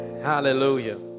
Hallelujah